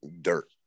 dirt